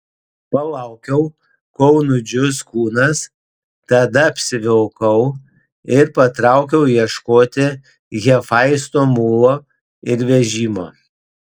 palaukiau kol nudžius kūnas tada apsivilkau ir patraukiau ieškoti hefaisto mulo ir vežimo